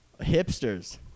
Hipsters